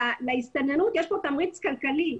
שלהסתננות יש תמריץ כלכלי,